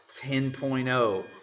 10.0